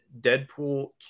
Deadpool